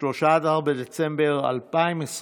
(13 בדצמבר 2021)